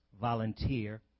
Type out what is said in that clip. volunteer